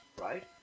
Right